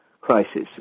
crisis